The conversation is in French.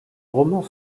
romans